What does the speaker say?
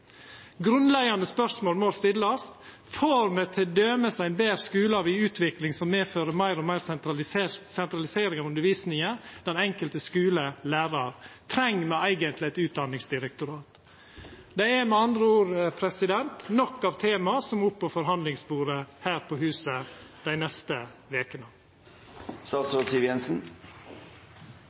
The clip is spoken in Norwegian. Grunnleggjande spørsmål må stillast: Får me t.d. ein betre skule av ei utvikling som medfører meir og meir sentralisering av undervisning, den enkelte skule og lærar? Treng me eigentleg eit utdanningsdirektorat? Det er med andre ord nok av tema som må opp på forhandlingsbordet her på huset dei neste